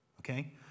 Okay